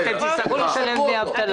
תצטרכו לשלם דמי אבטלה.